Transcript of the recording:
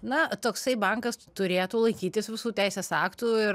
na toksai bankas turėtų laikytis visų teisės aktų ir